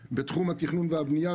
ספציפית בתחום התכנון והבנייה,